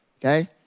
okay